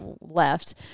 left